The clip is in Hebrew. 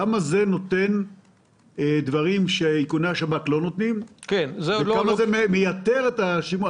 כמה זה נותן דברים שאיכוני השב"כ לא נותנים וכמה זה מייתר את האיכונים.